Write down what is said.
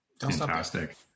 Fantastic